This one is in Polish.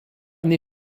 nie